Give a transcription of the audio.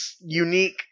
unique